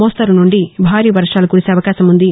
మోస్తరు నుండి భారీ వర్వాలు కురిసే అవకాశం ఉంది